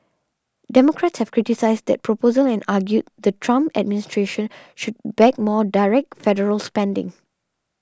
democrats have criticised that proposal and argued the Trump administration should back more direct federal spending